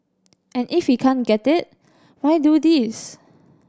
and if he can't get it why do this